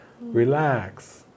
Relax